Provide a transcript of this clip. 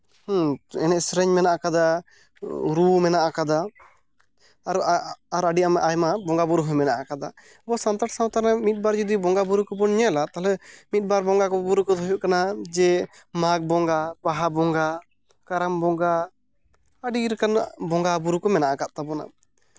ᱦᱩᱸ ᱮᱱᱮᱡᱼᱥᱮᱨᱮᱧ ᱢᱮᱱᱟᱜ ᱠᱟᱫᱟ ᱨᱩ ᱢᱮᱱᱟᱜ ᱠᱟᱫᱟ ᱟᱨ ᱟᱹᱰᱤ ᱟᱭᱢᱟ ᱵᱚᱸᱜᱟᱼᱵᱩᱨᱩ ᱦᱚᱸ ᱢᱮᱱᱟᱜ ᱠᱟᱫᱟ ᱟᱵᱚ ᱥᱟᱱᱛᱟᱲ ᱥᱟᱶᱛᱟ ᱨᱮᱱᱟᱜ ᱢᱤᱫᱼᱵᱟᱨ ᱡᱩᱫᱤ ᱵᱚᱸᱜᱟᱼᱵᱩᱨᱩ ᱠᱚᱵᱚᱱ ᱧᱮᱞᱟ ᱛᱟᱦᱞᱮ ᱢᱤᱫᱵᱟᱨ ᱵᱚᱸᱜᱟᱼᱵᱩᱨᱩ ᱠᱚᱫᱚ ᱦᱩᱭᱩᱜ ᱠᱟᱱᱟ ᱡᱮ ᱢᱟᱜᱽ ᱵᱚᱸᱜᱟᱼᱵᱟᱦᱟ ᱵᱚᱸᱜᱟ ᱠᱟᱨᱟᱢ ᱵᱚᱸᱜᱟ ᱟᱹᱰᱤ ᱞᱮᱠᱟᱱᱟᱜ ᱵᱚᱸᱜᱟᱼᱵᱩᱨᱩ ᱠᱚ ᱢᱮᱱᱟᱜ ᱟᱠᱟᱫ ᱛᱟᱵᱚᱱᱟ